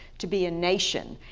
to be a nation,